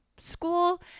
School